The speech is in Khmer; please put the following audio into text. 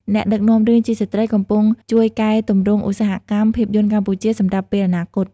អ្នកដឹកនាំរឿងជាស្ត្រីកំពុងជួយកែទម្រង់ឧស្សាហកម្មភាពយន្តកម្ពុជាសម្រាប់ពេលអនាគត។